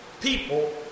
people